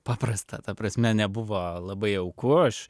paprasta ta prasme nebuvo labai jauku aš